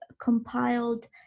compiled